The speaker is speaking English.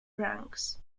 ranks